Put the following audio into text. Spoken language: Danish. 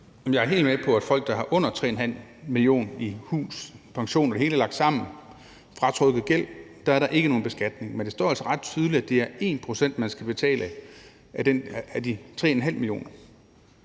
Jeg er helt med på, at for folk, der har under 3,5 mio. kr. i hus, pension og det hele lagt sammen fratrukket gæld, er der ikke nogen beskatning. Men det står altså ret tydeligt, at det er 1 pct., man skal betale af de 3,5 mio.